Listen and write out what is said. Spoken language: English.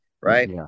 right